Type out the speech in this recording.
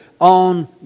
on